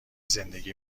زندگی